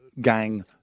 gang